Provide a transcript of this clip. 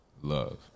love